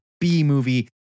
B-movie